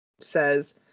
says